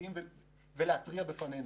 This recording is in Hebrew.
חלקיים ולהתריע בפנינו,